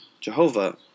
Jehovah